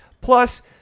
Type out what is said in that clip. Plus